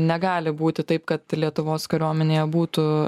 negali būti taip kad lietuvos kariuomenėje būtų